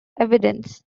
evidence